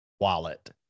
wallet